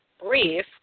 brief